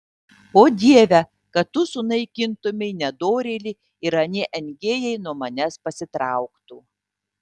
o dieve kad tu sunaikintumei nedorėlį ir anie engėjai nuo manęs pasitrauktų